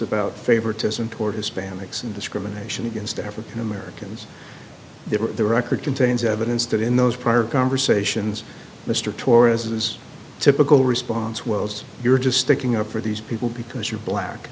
about favoritism toward hispanics and discrimination against african americans the record contains evidence that in those prior conversations mr torres is typical response was you're just sticking up for these people because you're black